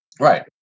Right